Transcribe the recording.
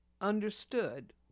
understood